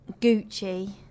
Gucci